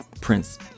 prince